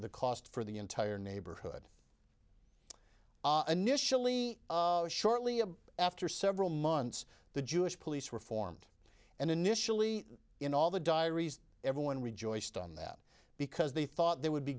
the cost for the entire neighborhood an initially shortly a after several months the jewish police were formed and initially in all the diaries everyone rejoiced on that because they thought there would be